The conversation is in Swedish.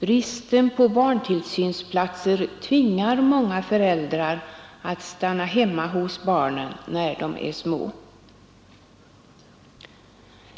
Bristen på barntillsynsplatser tvingar många föräldrar att stanna hemma hos barnen när de är små.